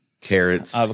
Carrots